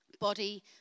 body